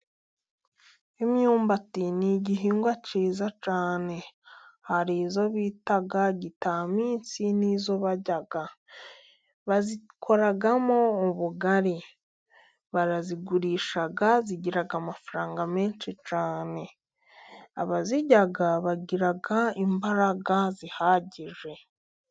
Imyumbati ni igihingwa cyiza cyane. Hari izo bita gitamisi n'izo barya. Bazikoramo ubugari, barazigurisha, zigira amafaranga menshi cyane. Abazirya bagira imbaraga zihagije.